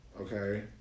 Okay